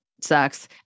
sucks